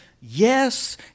yes